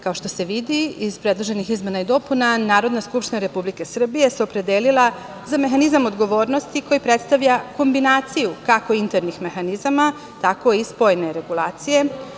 Kao što se vidi iz predloženih izmena i dopuna, Narodna skupština Republike Srbije se opredelila za mehanizam odgovornosti, koji predstavlja kombinaciju kako internih mehanizama, tako i spoljne regulacije.